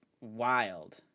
wild